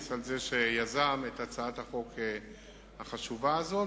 על כך שיזם את הצעת החוק החשובה הזאת.